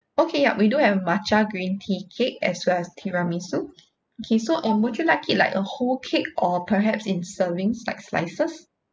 okay yup we do have matcha green tea cake as well as tiramisu okay so um would you like it like a whole cake or perhaps in servings like slices